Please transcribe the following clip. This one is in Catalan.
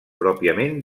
pròpiament